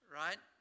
right